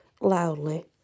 loudly